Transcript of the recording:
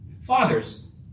Fathers